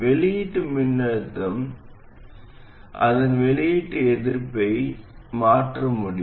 வெளியீட்டு மின்னழுத்தம் அதன் வெளியீட்டு எதிர்ப்பை என்ன மாற்ற முடியும்